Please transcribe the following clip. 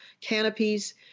canopies